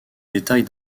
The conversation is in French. détails